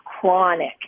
chronic